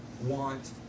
want